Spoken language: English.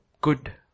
good